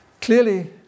Clearly